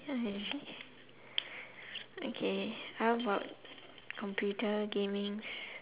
hmm okay how about computer gaming